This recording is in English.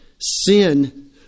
sin